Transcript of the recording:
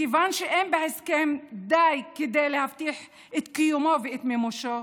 מכיוון שאין בהסכם די להבטיח את קיומו ואת מימושו,